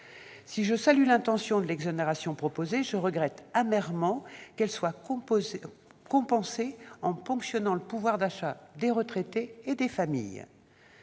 Si je salue l'intention de l'exonération proposée, je regrette amèrement qu'elle soit compensée en ponctionnant le pouvoir d'achat des retraités et des familles.